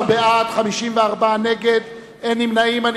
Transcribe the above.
12 בעד, 54 נגד, אין נמנעים.